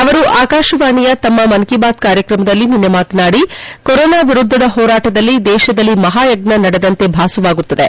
ಅವರು ಆಕಾಶವಾಣಿಯ ತಮ್ಮ ಮನ್ ಕೀ ಬಾತ್ ಕಾರ್ಯಕ್ರಮದಲ್ಲಿ ನಿನ್ನೆ ಮಾತನಾದಿ ಕೊರೋನಾ ವಿರುದ್ದದ ಹೋರಾಟದಲ್ಲಿ ದೇಶದಲ್ಲಿ ಮಹಾಯಜ್ಞಾ ನಡೆದಂತೆ ಭಾಸವಾಗುತ್ತದೆ